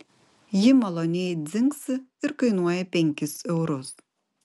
ji maloniai dzingsi ir kainuoja penkis eurus